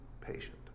patient